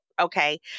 Okay